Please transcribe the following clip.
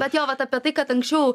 bet jo vat apie tai kad anksčiau